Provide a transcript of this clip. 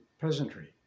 peasantry